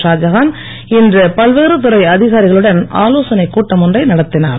ஷாஜகான் இன்று பல்வேறு துறை அதிகாரிகளுடன் ஆலோசனைக் கூட்டம் ஒன்றை நடத்தினார்